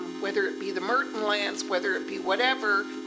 whether it be the martin lines, whether it be whatever,